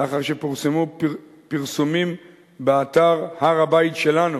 לאחר שפורסמו פרסומים באתר "הר-הבית שלנו",